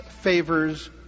favors